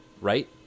right